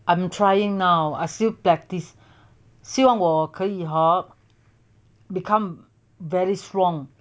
I'm trying now I still practice 希望我可以 hor become very strong